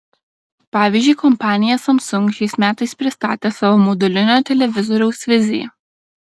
pavyzdžiui kompanija samsung šiais metais pristatė savo modulinio televizoriaus viziją